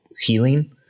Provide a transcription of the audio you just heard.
healing